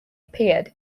appeared